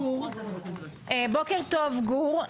בוקר טוב גור.